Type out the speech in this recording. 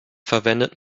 verwendet